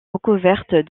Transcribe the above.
recouverte